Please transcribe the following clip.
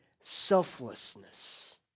selflessness